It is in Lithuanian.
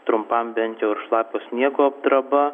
trumpam bent jau ir šlapio sniego apdraba